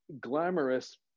glamorous